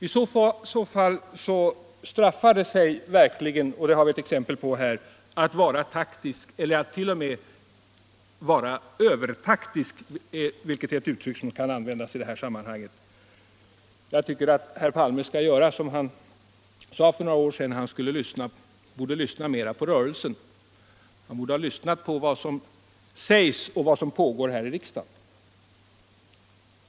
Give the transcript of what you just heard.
I så fall straffar det sig verkligen — det har vi ett exempel på här — att vara taktisk eller att t.o.m. vara övertaktisk, vilket är ett uttryck som kan användas i detta sammanhang. Jag tycker att herr Palme skall göra som han sade att han skulle göra för några år sedan. Han borde ha lyssnat mera på rörelsen. Han borde ha lyssnat mera på vad som sägs här i riksdagen och tagit hänsyn till vad som pågår här.